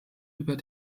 über